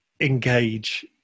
engage